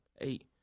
eight